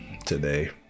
today